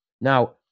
Now